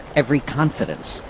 every confidence,